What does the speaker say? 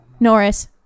Norris